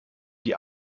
die